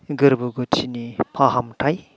गोरबो गोथिनि फाहामथाय